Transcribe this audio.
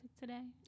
today